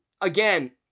Again